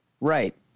Right